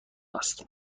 است